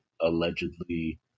allegedly